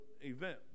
event